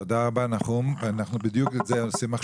תודה רבה, נחום, אנחנו עושים בדיוק את זה עכשיו.